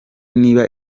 niba